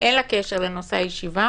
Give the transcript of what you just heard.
אין לה קשר לנושא הישיבה